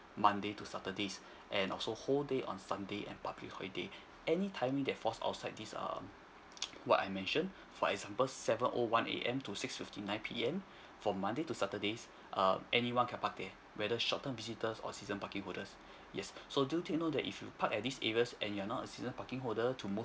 mondays to saturdays and also whole day on sunday and public holiday any timing that falls outside this um what I mentioned for example seven O one A_M to six fifty nine P_M from mondays to saturdays um anyone can park there whether short terms visitors or season parking holders yes so do take note if you park at these areas and you're not a season parking holder to move